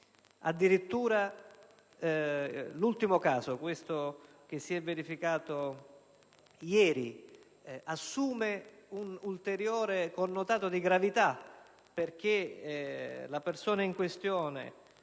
addirittura, l'ultimo caso verificatosi ieri assume un ulteriore connotato di gravità, perché la persona in questione,